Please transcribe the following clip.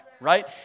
right